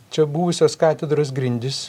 čia buvusios katedros grindys